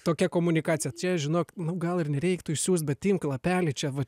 tokia komunikacija čia žinok nu gal ir nereiktų išsiųst bet imk lapelį čia va